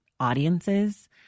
audiences